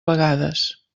vegades